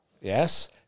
Yes